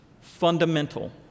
Fundamental